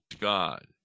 God